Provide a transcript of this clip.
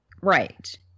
Right